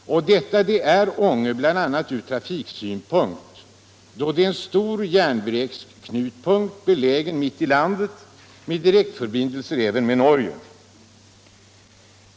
Det är Ånge bl.a. ur trafiksynpunkt då den är en stor järnvägsknutpunkt, belägen mitt i landet med direktförbindelser även med Norge.